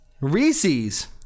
Reese's